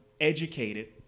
educated